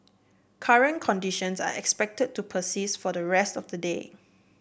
current conditions are expected to persist for the rest of the day